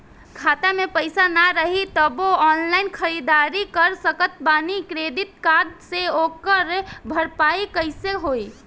खाता में पैसा ना रही तबों ऑनलाइन ख़रीदारी कर सकत बानी क्रेडिट कार्ड से ओकर भरपाई कइसे होई?